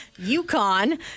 UConn